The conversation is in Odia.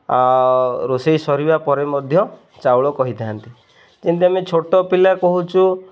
ଆଉ ରୋଷେଇ ସରିବା ପରେ ମଧ୍ୟ ଚାଉଳ କହିଥାନ୍ତି ଯେମିତି ଆମେ ଛୋଟ ପିଲା କହୁଛୁ